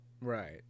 Right